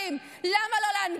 למה לא לצמצם פערים?